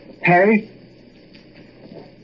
Harry